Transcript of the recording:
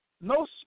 No